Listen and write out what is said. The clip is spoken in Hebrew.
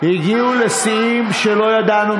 הגיעו לשיאים שלא ידענו.